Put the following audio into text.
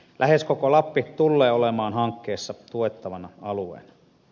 lähes koko lappi tullee olemaan hankkeessa tuettavana alueena